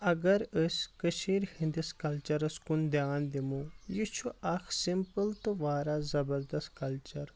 اگر أسۍ کٔشیٖر ہِنٛدِس کلچرس کُن دیان دِمو یہِ چھُ اکھ سمپل تہٕ واراہ زبردستہٕ کلچر